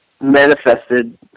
manifested